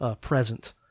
present